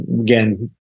again